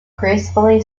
gracefully